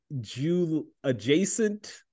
Jew-adjacent